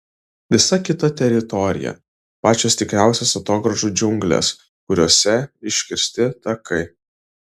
visa kita teritorija pačios tikriausios atogrąžų džiunglės kuriose iškirsti takai